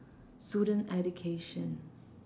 student education